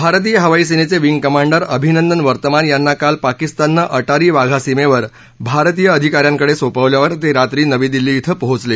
भारतीय हवाई सेनेचे विंग कमांडर अभिनंदन वर्तमान यांना काल पाकिस्ताननं अटारी वाघा सीमेवर भारतीय अधिकाऱ्यांकडे सोपवल्यावर ते रात्री नवी दिल्ली इथं पोहचले